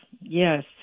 yes